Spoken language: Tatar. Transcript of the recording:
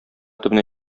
төбенә